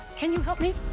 can you help me?